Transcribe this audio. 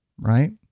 right